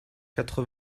quatre